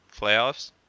playoffs